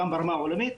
גם ברמה העולמית,